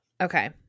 okay